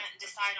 decide